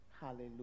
Hallelujah